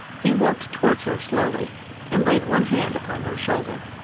he walked towards her slowly and laid one hand upon her shoulder.